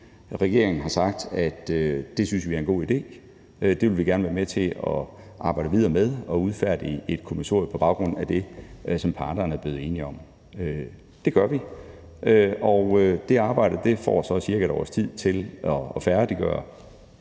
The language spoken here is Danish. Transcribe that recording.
Regeringen har sagt, at det synes vi er en god idé. Det vil vi gerne være med til at arbejde videre med og udfærdige et kommissorium på baggrund af det, som parterne er blevet enige om. Det gør vi. Med det arbejde får man ca. et års tid til at færdiggøre